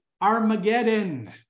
Armageddon